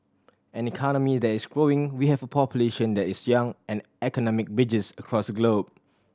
an economy that is growing we have a population that is young and economic bridges across the globe